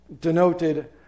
denoted